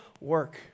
work